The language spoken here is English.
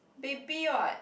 baby [what]